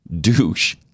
Douche